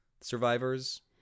survivors